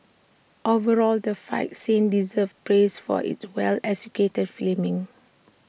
overall the fight scenes deserve praise for its well executed filming